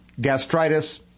gastritis